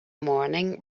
morning